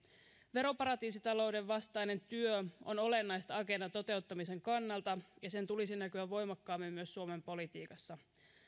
veroparatiisitalouden vastainen työ on olennaista agendan toteuttamisen kannalta ja sen tulisi näkyä voimakkaammin myös suomen politiikassa